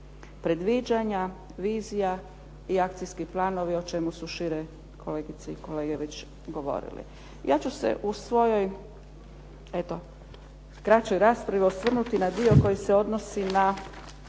predviđanja, vizija i akcijski planovi o čemu su šire kolegice i kolege već govorili. Ja ću se u svojoj eto kraćoj raspravi osvrnuti na dio koji se odnosi na